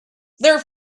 their